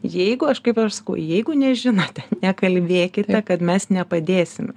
jeigu aš kaip aš sakau jeigu nežinote nekalbėkite kad mes nepadėsime